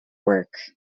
work